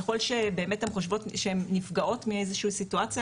ככל שהן חושבות שהן נפגעות מאיזה שהיא סיטואציה,